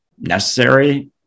necessary